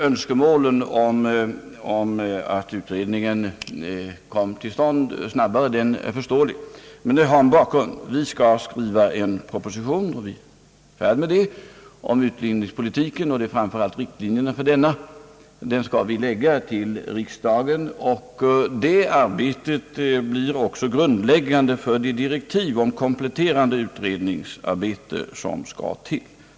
Önskemålet att utredningen kommer till stånd snabbare är förståeligt, men det finns en bakgrund: vi är i färd med att skriva en proposition om utbildningspolitiken, och framför allt riktlinjerna för denna. Det arbetet blir också grundläggande för de direktiv om kom pletterande utredningsarbete, som skall till.